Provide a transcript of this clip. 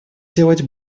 делать